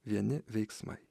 vieni veiksmai